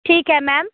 ठीक है मैम